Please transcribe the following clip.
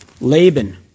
Laban